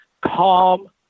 calm